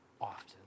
often